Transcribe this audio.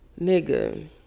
Nigga